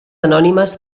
anònimes